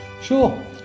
Sure